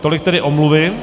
Tolik tedy omluvy.